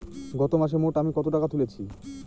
গত মাসে মোট আমি কত টাকা তুলেছি?